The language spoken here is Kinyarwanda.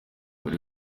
buri